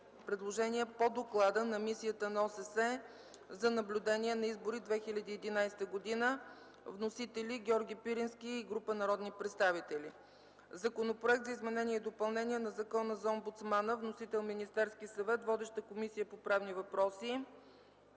предложения по доклада на Мисията на ОССЕ за наблюдение на Избори 2011 г. Вносители са Георги Пирински и група народни представители. - Законопроект за изменение и допълнение на Закона за омбудсмана. Вносител е Министерският съвет. Водеща е Комисията по правни въпроси.